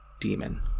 demon